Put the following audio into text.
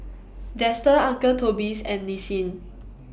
Dester Uncle Toby's and Nissin